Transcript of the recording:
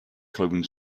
clothing